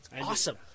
Awesome